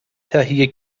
تهیه